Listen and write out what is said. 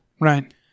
Right